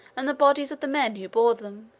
and the bodies of the men who bore them,